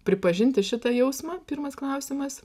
pripažinti šitą jausmą pirmas klausimas